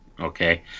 okay